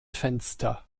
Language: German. fenster